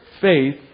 faith